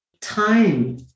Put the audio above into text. time